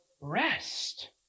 rest